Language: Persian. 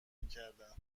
میکردند